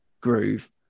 groove